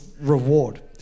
reward